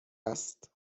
است